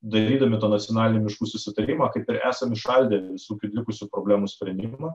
darydami tą nacionalinį miškų susitarimą kaip ir esam įšaldę visų likusių problemų sprendimą